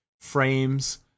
frames